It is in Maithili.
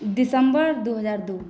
दिसंबर दू हजार दू